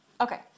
Okay